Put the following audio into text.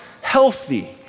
healthy